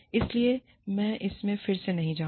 इसलिए मैं इसमें फिर नहीं जाऊँगा